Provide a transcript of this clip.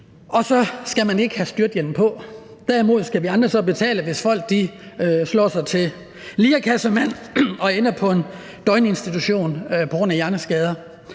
og så skal man ikke have styrthjelm på. Derimod skal vi andre så betale, hvis folk slår sig til lirekassemænd og ender på en døgninstitution på grund af hjerneskade.